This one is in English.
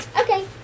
Okay